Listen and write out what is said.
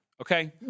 Okay